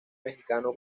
mexicano